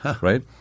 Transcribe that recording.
right